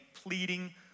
pleading